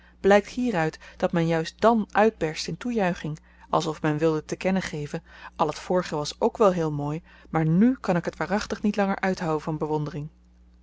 blykt hieruit dat men juist dàn uitberst in toejuiching alsof men wilde te kennen geven al het vorige was ook wel heel mooi maar nu kan ik t waarachtig niet langer uithouden van bewondering